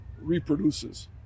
reproduces